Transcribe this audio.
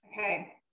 okay